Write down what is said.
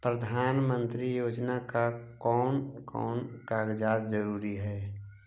प्रधानमंत्री योजना ला कोन कोन कागजात जरूरी है?